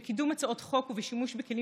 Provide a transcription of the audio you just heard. בקידום הצעות חוק ובשימוש בכלים